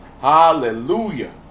Hallelujah